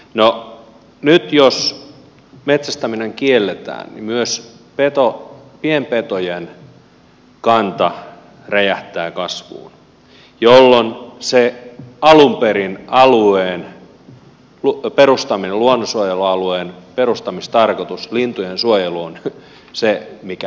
no nyt jos metsästäminen kielletään niin myös pienpetojen kanta räjähtää kasvuun jolloin se alkuperäinen luonnonsuojelualueen perustamistarkoitus lintujen suojelu on se mikä häviää